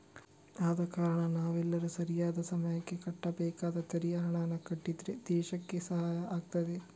ಆದ ಕಾರಣ ನಾವೆಲ್ಲರೂ ಸರಿಯಾದ ಸಮಯಕ್ಕೆ ಕಟ್ಟಬೇಕಾದ ತೆರಿಗೆ ಹಣಾನ ಕಟ್ಟಿದ್ರೆ ದೇಶಕ್ಕೆ ಸಹಾಯ ಆಗ್ತದೆ